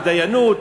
בדיינות?